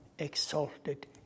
exalted